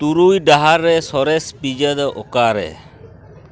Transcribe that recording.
ᱛᱩᱨᱩᱭ ᱰᱟᱦᱟᱨ ᱨᱮ ᱥᱚᱨᱮᱥ ᱯᱤᱡᱽᱡᱟ ᱫᱚ ᱚᱠᱟᱨᱮ